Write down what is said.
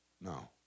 No